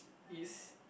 it's